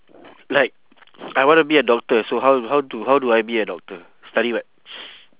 like I wanna be a doctor so how how do how do I be a doctor study what